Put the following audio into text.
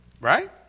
Right